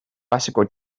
bicycle